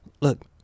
look